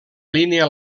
línia